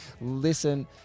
Listen